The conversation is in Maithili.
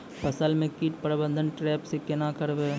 फसल म कीट प्रबंधन ट्रेप से केना करबै?